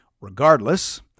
Regardless